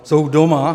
Jsou doma.